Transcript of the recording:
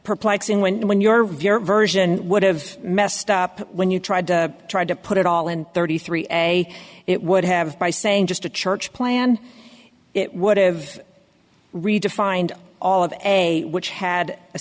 perplexing when when your version would have messed up when you tried to tried to put it all in thirty three a it would have by saying just a church plan it would have redefined all of a which had a